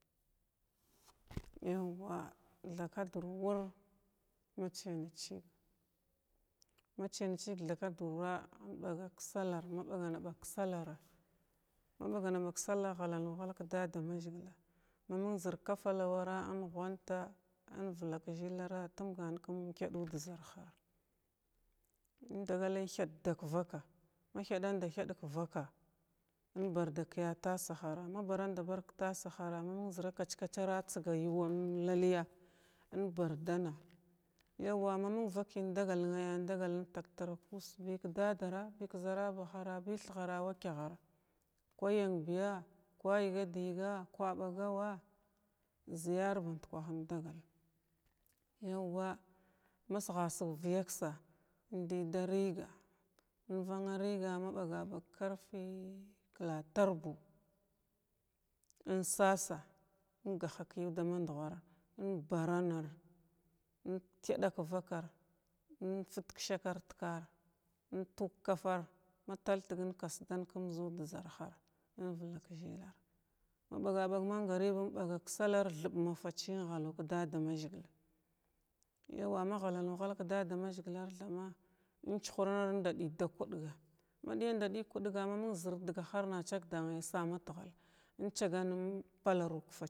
Yawwa thakadur wur chiya nət chigala ma chiyanət chig thaka dur inɓaga ka sallah maɓagana ɓag ka sallh ma ɓagana ɓag sallah in ghalanu ghalg ka dadamazəgila inghalanu ghalg ka dadamazəgila ma məng zir kafalawara in ghwanta in vlak zəlara tumgan kum umkaɗu da zarhar indigal inthada kavaka’a ma thaɗan da thadg ka vaka’a in barda kiya tasahar na baranda barg ka tasahara məng zəra kach-kachara a tsga yuwa laləya in bardana yawwa ma məng vakay indagal naya indagal in tagtra kussa ka dadara ki zərabahara bi thigha rawachagha kwayanbiya kwa yəga da yəga’a kwa ɓagawa zəyar bandkwaha inala yaw wa mesghasig vəyaksa indəda riga invana riga ma ɓagaɓag karfi klatar buu in sasa ingaha’a ka duma nɗughar in baranar inthada kavakar infər ka sakar takar in tou kafar mataltəg in kasdan kum zoo da zarhar inva kzəlar ma ba ɓag mangriɓa inbaga ka sallar thiɓ mafasti in ghalu ka dadama zəgil yauwa maghalanu ghalg ka dadama zəgilar in chuhrana ina ɗədan ka kuɗga ma ɗayand gyal ka kuɗga ma məng zəro dagahar na a chagdanar samataghal in chaganna in palaru ka fachəy.